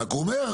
רק הוא אומר,